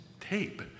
tape